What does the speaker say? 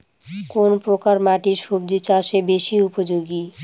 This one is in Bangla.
কোন প্রকার মাটি সবজি চাষে বেশি উপযোগী?